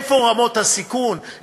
איפה רמות הסיכון?